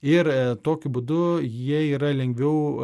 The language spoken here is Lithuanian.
ir tokiu būdu jie yra lengviau